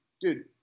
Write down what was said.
dude